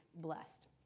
blessed